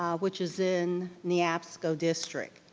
um which is in neabsco district,